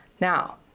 Now